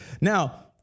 Now